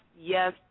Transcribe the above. yes